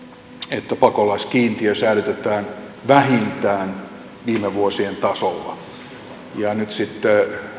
että pakolaiskiintiö säilytetään vähintään viime vuosien tasolla ja nyt sitten